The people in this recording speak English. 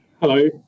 Hello